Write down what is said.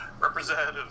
representative